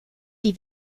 die